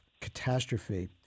catastrophe